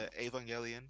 Evangelion